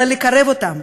אלא לקרב אותם,